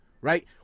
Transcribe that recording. right